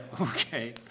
Okay